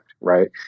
right